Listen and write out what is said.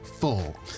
Full